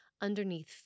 underneath